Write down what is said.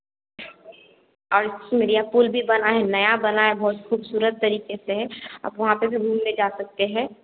और मेरे यहाँ पुल भी बना है नया बना है बहुत खूबसूरत तरीके से है आप वहाँ पर भी घूमने जा सकते हैं